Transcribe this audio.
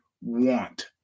want